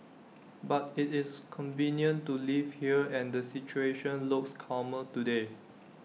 but IT is convenient to live here and the situation looks calmer today